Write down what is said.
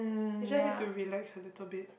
you just need to relax a little bit